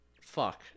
Fuck